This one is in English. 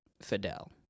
Fidel